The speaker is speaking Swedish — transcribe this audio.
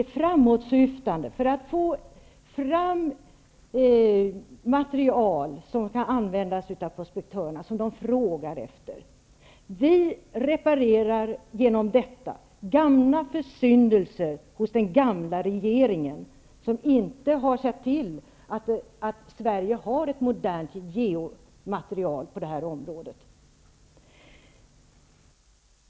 Vi gör detta för att få fram material som kan användas av prospektörerna och som de frågar efter. Vi reparerar härigenom försyndelser av den gamla regeringen, som inte har sett till att Sverige har ett modernt geomaterial på det här området.